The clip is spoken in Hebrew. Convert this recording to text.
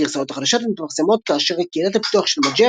הגרסאות החדשות מתפרסמות כאשר קהילת הפיתוח של Mageia